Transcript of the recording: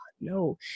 no